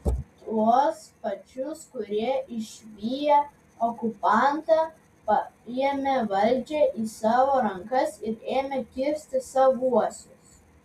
tuos pačius kurie išviję okupantą paėmė valdžią į savo rankas ir ėmė kirsti savuosius